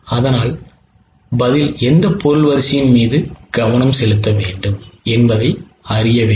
அதனால் பதில் எந்த பொருள் வரிசையின் மீது கவனம் செலுத்த வேண்டும் என்பதை அறிய வேண்டும்